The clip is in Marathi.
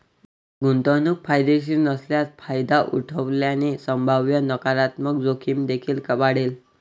गुंतवणूक फायदेशीर नसल्यास फायदा उठवल्याने संभाव्य नकारात्मक जोखीम देखील वाढेल